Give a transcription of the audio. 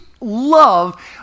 love